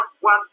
one